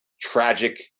tragic